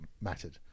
mattered